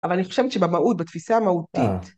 אבל אני חושבת שבמהות, בתפיסה המהותית.